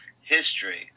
history